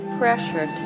pressure